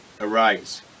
Arise